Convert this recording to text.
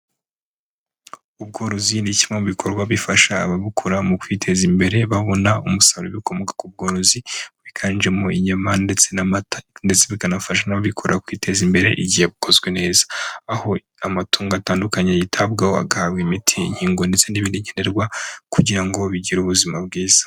Ubworozi ni kimwe mu bikorwa bifasha ababukora mu kwiteza imbere babona umusaruro w'ibikomoka ku bworozi wiganjemo inyama ndetse n'amata ndetse bikanafasha n'ababikora kwiteza imbere igihe bukozwe neza. Aho amatungo atandukanye yitabwaho agahabwa imiti, inkingo ndetse n'ibindi nkenenerwa kugira ngo bigire ubuzima bwiza.